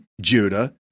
Judah